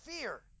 fear